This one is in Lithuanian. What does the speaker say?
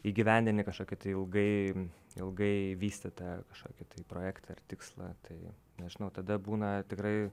įgyvendini kažkokį tai ilgai ilgai vystytą kažkokį tai projektą ar tikslą tai nežinau tada būna tikrai